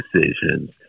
decisions